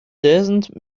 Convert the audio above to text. doesn’t